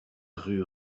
rue